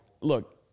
Look